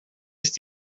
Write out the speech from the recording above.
ist